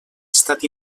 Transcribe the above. estat